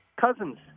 Cousins